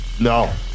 No